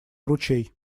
ручей